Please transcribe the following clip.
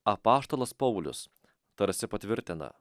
apaštalas paulius tarsi patvirtina